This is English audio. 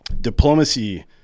diplomacy